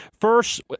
First